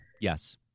Yes